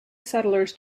settlers